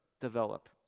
develop